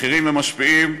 בכירים ומשפיעים.